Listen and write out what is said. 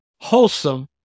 wholesome